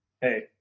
hey